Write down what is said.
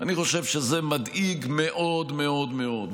אני חושב שזה מדאיג מאוד מאוד מאוד.